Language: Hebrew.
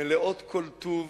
מלאות כל טוב,